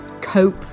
cope